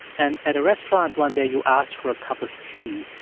and at a restaurant one day, you asked for a cup of tea.